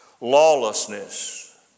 lawlessness